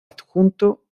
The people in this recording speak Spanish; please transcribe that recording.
adjunto